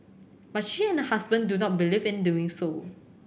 but she and her husband do not believe in doing so